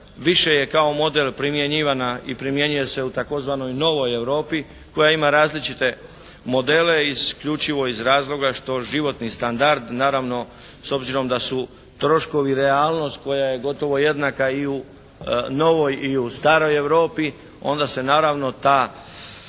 više je kao model primjenjivana i primjenjuje se u tzv. novoj Europi koja ima različite modele isključivo iz razloga što životni standard, naravno s obzirom da su troškovi realnost koja je gotovo jednaka i u novoj i u staroj Europi, onda se naravno ta,